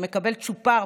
שמקבל צ'ופר,